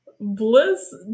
Bliss